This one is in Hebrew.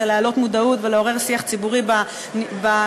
להעלות מודעות ולעורר שיח ציבורי בנושא,